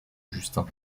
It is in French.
justin